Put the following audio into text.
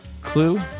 clue